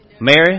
Mary